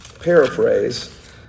paraphrase